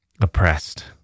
oppressed